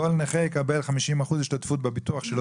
כל נכה יקבל 50% השתתפות בביטוח שלו,